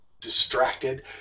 distracted